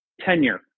tenure